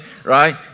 Right